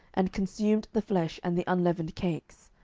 and consumed the flesh and the unleavened cakes.